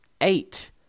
eight